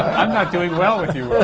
i'm not doing well with you,